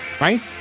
right